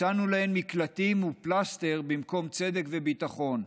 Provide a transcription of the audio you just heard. הצענו להן מקלטים ופלסטר במקום צדק וביטחון.